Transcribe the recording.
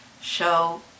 show